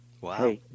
Wow